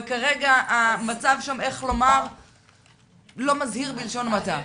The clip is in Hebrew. וכרגע המצב שם לא מזהיר בלשון המעטה.